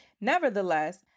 nevertheless